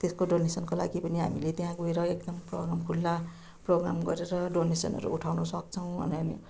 त्यसको डोनेसनको लागि पनि हामीले त्यहाँ गएर एकदम प्रोग्राम खुला प्रोग्राम गरेर डोनेसनहरू उठाउनु सक्छौँ